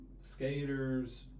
skaters